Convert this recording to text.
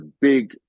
big